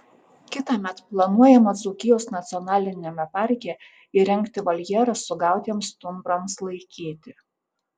kitąmet planuojama dzūkijos nacionaliniame parke įrengti voljerą sugautiems stumbrams laikyti